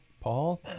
Paul